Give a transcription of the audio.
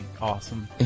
awesome